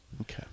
Okay